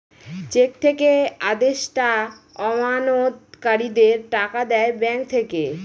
check থেকে আদেষ্টা আমানতকারীদের টাকা দেয় ব্যাঙ্ক থেকে